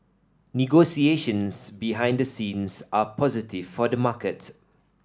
negotiations behind the scenes are positive for the market